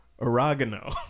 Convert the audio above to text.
oregano